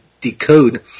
Decode